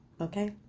Okay